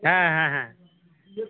হ্যাঁ হ্যাঁ হ্যাঁ